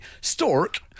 Stork